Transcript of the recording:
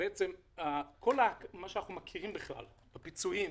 כל מה שאנחנו מכירים בפיצויים,